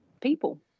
people